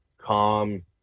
calm